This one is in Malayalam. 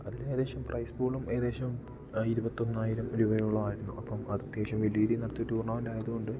അതിൽ ഏകദേശം പ്രൈസ് ബോളും ഏകദേശം ഇരുപത്തി ഒന്നായിരം രൂപയോളം ആയിരുന്നു അപ്പം അത്യാവശ്യം വലിയ രീതിയിൽ നടത്തിയ ടൂർണമെൻ്റ് ആയതുകൊണ്ട്